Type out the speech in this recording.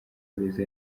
beza